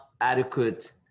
adequate